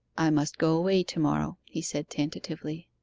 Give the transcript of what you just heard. i must go away to-morrow he said tentatively.